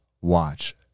watch